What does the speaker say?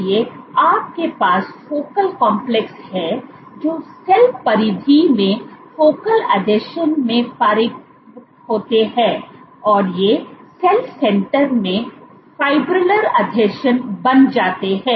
इसलिए आपके पास फोकल कॉम्प्लेक्स हैं जो सेल परिधि में फोकल आसंजन में परिपक्व होते हैं और ये सेल सेंटर में फिब्रिलर आसंजन बन जाते हैं